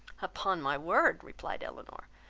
upon my word, replied elinor,